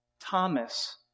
Thomas